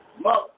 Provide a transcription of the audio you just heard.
Mother